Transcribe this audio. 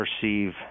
perceive